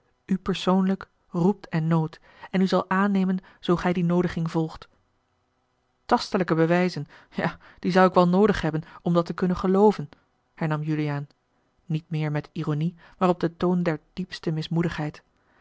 u persoonlijk roept en noodt en u zal aannemen zoo gij die noodiging volgt tastelijke bewijzen ja die zou ik wel noodig hebben om dat te kunnen gelooven hernam juliaan niet meer met ironie a l g bosboom-toussaint de toon der diepste